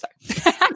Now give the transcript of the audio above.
Sorry